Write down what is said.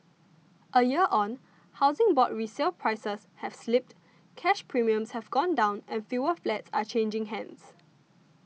a year on Housing Board resale prices have slipped cash premiums have gone down and fewer flats are changing hands